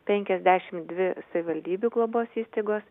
penkiasdešimt dvi savivaldybių globos įstaigos